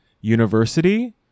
university